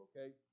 okay